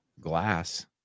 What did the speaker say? glass